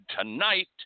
tonight